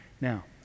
Now